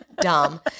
Dumb